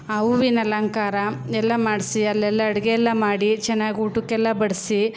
ಆ ಹೂವಿನಾಲಂಕಾರ ಎಲ್ಲ ಮಾಡಿಸಿ ಅಲ್ಲೆಲ್ಲ ಅಡುಗೆ ಎಲ್ಲ ಮಾಡಿ ಚೆನ್ನಾಗಿ ಊಟಕ್ಕೆಲ್ಲ ಬಡಿಸಿ